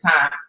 time